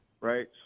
right